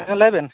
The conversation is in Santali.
ᱦᱮᱸ ᱞᱟᱹᱭ ᱵᱮᱱ